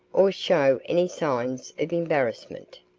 or show any signs of embarrassment.